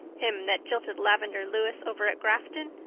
him that jilted lavendar lewis over at grafton?